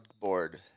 board